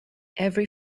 every